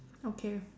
okay